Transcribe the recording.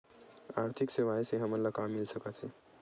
आर्थिक सेवाएं से हमन ला का मिल सकत हे?